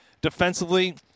defensively